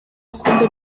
bakunda